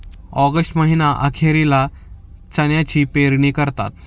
August महीना अखेरीला चण्याची पेरणी करतात